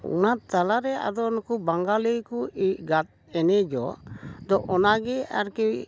ᱚᱱᱟ ᱛᱟᱞᱟᱨᱮ ᱟᱫᱚ ᱱᱩᱠᱩ ᱵᱟᱝᱜᱟᱞᱤ ᱠᱚ ᱮᱱᱮᱡᱚᱜ ᱫᱚ ᱚᱱᱟᱜᱮ ᱟᱨᱠᱤ